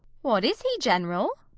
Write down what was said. what is he, general?